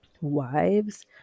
wives